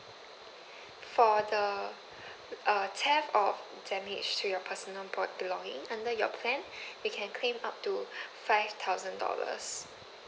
for the uh theft or damage to your personal po~ belonging under your plan you can claim up to five thousand dollars